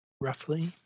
Roughly